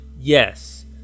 Yes